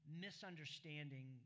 misunderstanding